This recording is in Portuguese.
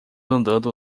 andando